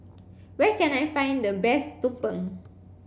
where can I find the best Tumpeng